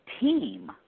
team